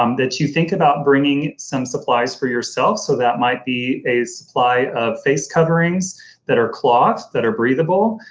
um that you think about bringing some supplies for yourself. so that might be a supply of face coverings that are cloth that are breathable,